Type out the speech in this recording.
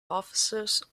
officers